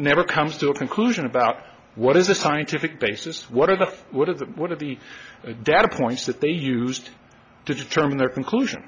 never comes to a conclusion about what is a scientific basis what are the what of the what are the data points that they used to determine their conclusion